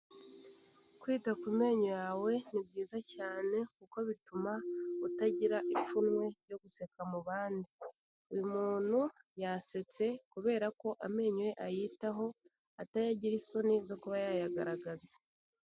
Kwita ku menyo yawe ni byiza cyane kuko bituma utagira ipfunwe ryo guseka mu bandi. Uyu muntu yasetse kubera ko amenyo ye ayitaho, atayagira isoni zo kuba yayagaragaza.